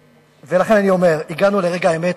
לכן, אני אומר: הגענו לרגע האמת.